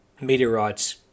meteorite's